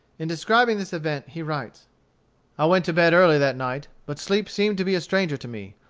in describing this event, he writes i went to bed early that night, but sleep seemed to be a stranger to me.